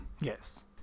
Yes